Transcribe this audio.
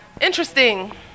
interesting